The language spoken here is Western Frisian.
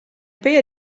pear